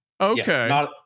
okay